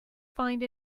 find